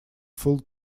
full